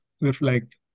reflect